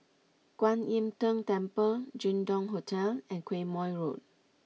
Kwan Im Tng Temple Jin Dong Hotel and Quemoy Road